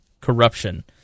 corruption